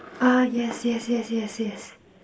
ah yes yes yes yes yes